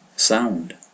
Sound